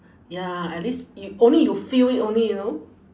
ya at least you only you feel it only you know